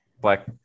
black